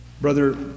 Brother